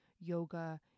yoga